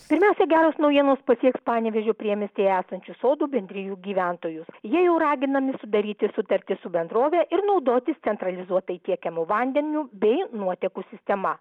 pirmiausia geros naujienos pasieks panevėžio priemiestyje esančių sodų bendrijų gyventojus jie jau raginami sudaryti sutartį su bendrove ir naudotis centralizuotai tiekiamu vandeniu bei nuotekų sistema